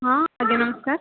ହଁ ଆଜ୍ଞା ନମସ୍କାର